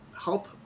help